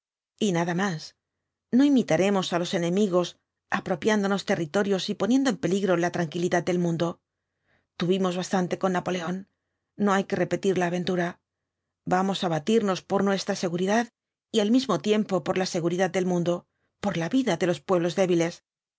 y nada más no imitaremos á ips enemigos apropiándonos territorios y poniendo en peligro la tranquilidad del mundo tuvimos bastante con napoleón no hay que repetir la aventura vamos á batirnos por nuestra seguridad y al mismo tiempo por la seguridad del mundo por la vida de los pueblos débiles